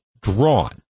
drawn